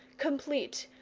complete,